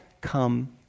Come